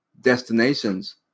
destinations